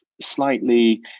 slightly